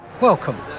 Welcome